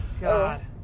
God